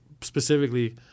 specifically